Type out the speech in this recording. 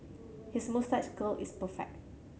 his moustache curl is perfect